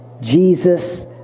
Jesus